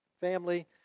family